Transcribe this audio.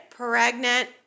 Pregnant